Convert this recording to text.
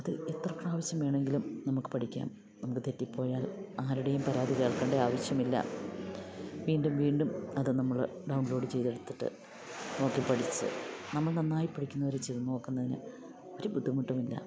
അത് എത്ര പ്രാവശ്യം വേണമെങ്കിലും നമുക്ക് പഠിക്കാം നമുക്ക് തെറ്റിപ്പോയാൽ ആരുടെയും പരാതി കേൾക്കണ്ടേ ആവശ്യമില്ല വീണ്ടും വീണ്ടും അത് നമ്മള് ഡൗൺലോഡ് ചെയ്തെടുത്തിട്ട് നോക്കി പഠിച്ച് നമ്മൾ നന്നായി പഠിക്കുന്നത് ഒരു ചെയ്ത് നോക്കുന്നതിന് ഒരു ബുദ്ധിമുട്ടുമില്ല